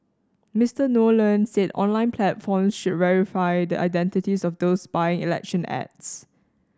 Mister Nolan said online platforms should verify the identities of those buying election ads